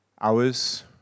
hours